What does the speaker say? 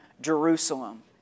Jerusalem